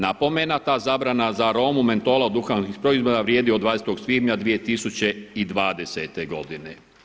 Napomena, ta zabrana za aromu mentola duhanskih proizvoda vrijedi od 20. svibnja 2020. godine.